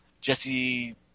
Jesse